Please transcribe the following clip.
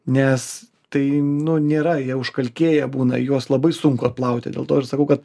nes tai nu nėra jie užkalkėję būna juos labai sunku atplauti dėl to ir sakau kad